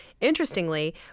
interestingly